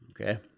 okay